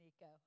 Nico